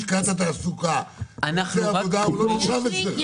לשכת התעסוקה ומוצא עבודה הוא לא נרשם אצלך?